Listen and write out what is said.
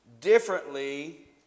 differently